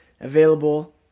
available